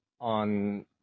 on